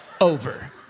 over